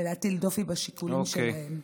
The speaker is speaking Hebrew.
להטיל דופי בשיקולים שלהם.